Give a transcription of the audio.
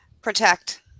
protect